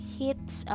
hits